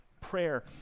prayer